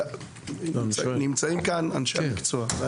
נמצאים כאן אנשי המקצוע.